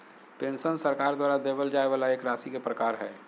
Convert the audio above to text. pension सरकार द्वारा देबल जाय वाला एक राशि के प्रकार हय